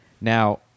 Now